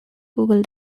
google